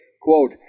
Quote